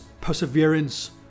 perseverance